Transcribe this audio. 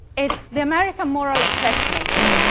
it's the american moral exceptionalism,